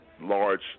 large